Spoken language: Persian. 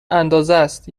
اندازست